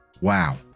Wow